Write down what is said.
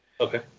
Okay